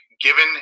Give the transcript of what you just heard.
given